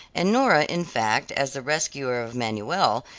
and nora in fact, as the rescuer of manuel,